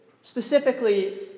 specifically